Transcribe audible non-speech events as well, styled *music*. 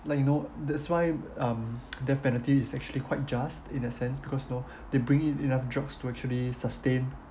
like you know that's why um death penalty is actually quite just in a sense because you know *breath* they bring in enough drugs to actually sustain